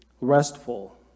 restful